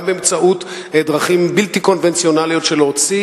גם באמצעות דרכים בלתי קונבנציונליות של הוצאת